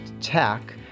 tech